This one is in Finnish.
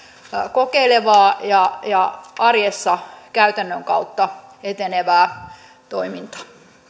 kokeilevaa ja ja arjessa käytännön kautta etenevää toimintaa